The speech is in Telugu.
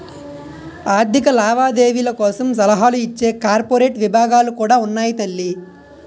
ఆర్థిక లావాదేవీల కోసం సలహాలు ఇచ్చే కార్పొరేట్ విభాగాలు కూడా ఉన్నాయి తల్లీ